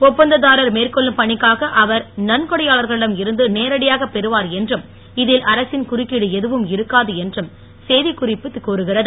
ஒப்பந்ததாரர் மேற்கொள்ளும் பணிக்காக அவர் நன்கொடையாளர்களிடம் இருந்து நேரடியாக பெறுவார் என்றும் இதில் அரசின் குறிப்பீடு எதுவும் கிடையாது என்றும் செய்திக்குறிப்பு கூறுகிறது